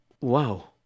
Wow